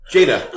Jada